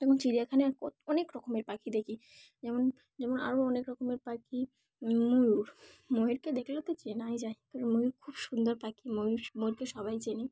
এবংখন চিড়িয়াখানায় অনেক রকমের পাখি দেখি যেমন যেমন আরও অনেক রকমের পাখি ময়ূর ময়ূরকে দেখলে তো চেনাই যায় কারণ ময়ূর খুব সুন্দর পাখি ময়ূর ময়ূরকে সবাই চেনে